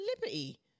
liberty